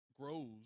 grows